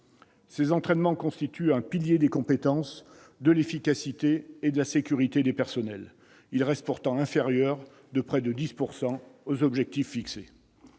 Ces entraînements constituent un pilier des compétences, de l'efficacité et de la sécurité des personnels. Ils restent pourtant inférieurs, de près de 10 %, aux objectifs fixés.